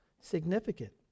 significant